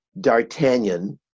D'Artagnan